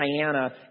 Diana